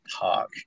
Park